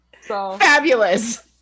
Fabulous